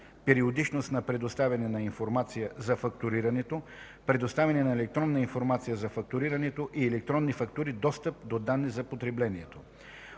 периодичност на предоставяне на информация за фактурирането, предоставяне на електронна информация за фактурирането и електронни фактури, достъп до данни за потреблението.